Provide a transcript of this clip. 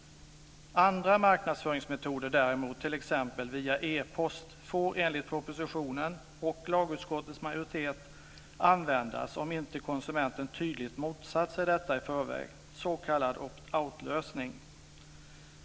Andra marknadsföringsmetoder däremot, t.ex. via e-post, får enligt propositionen och lagutskottets majoritet användas om inte konsumenten tydligt motsatt sig detta i förväg, s.k. opt-outlösning.